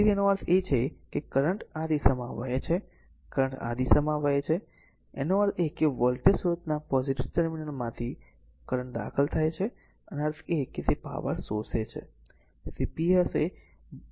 તેથી તેનો અર્થ એ કે કરંટ આ દિશામાં વહે છે કરંટ આ દિશામાં વહે છે તેનો અર્થ એ છે કે વોલ્ટેજ સ્રોતના પોઝીટીવ ટર્મિનલમાં કરંટ દાખલ થાય છે તેનો અર્થ છે તે પાવર શોષી લે છે